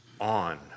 on